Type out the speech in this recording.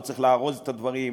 לא צריך לארוז את הדברים,